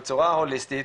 בצורה הוליסטית,